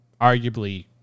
arguably